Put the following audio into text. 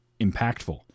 impactful